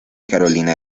carolina